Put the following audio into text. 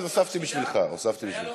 רק הוספתי בשבילך, הוספתי בשבילך.